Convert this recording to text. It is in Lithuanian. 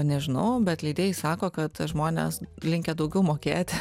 nežinau bet leidėjai sako kad žmonės linkę daugiau mokėti